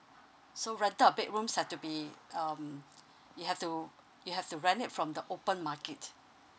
so rent out a bedrooms have to be um you have to you have to rent it from the open market